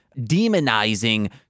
demonizing